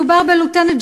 מדובר בלוטננט,